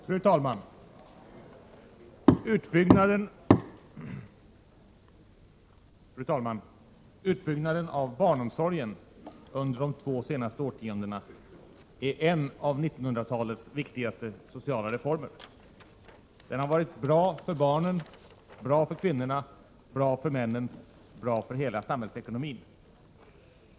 Fru talman! Utbyggnaden av barnomsorgen under de två senaste årtiondena är en av 1900-talets viktigaste sociala reformer. Den har varit bra för barnen, för kvinnorna, för männen och för hela samhällsekonomin.